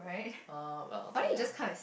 uh well okay ya